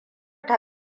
ta